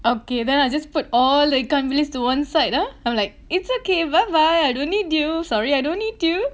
okay then I just put all ikan bilis to one side ah I'm like it's okay bye bye I don't need you sorry I don't eat you